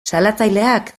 salatzaileak